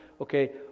Okay